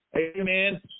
amen